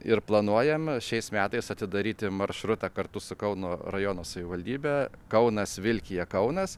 ir planuojam šiais metais atidaryti maršrutą kartu su kauno rajono savivaldybe kaunas vilkija kaunas